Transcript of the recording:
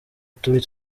turi